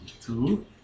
two